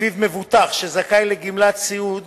שלפיו מבוטח שזכאי לגמלת סיעוד